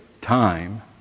time